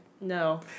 no